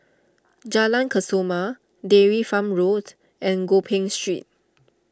Jalan Kesoma Dairy Farm Road and Gopeng Street